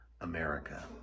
America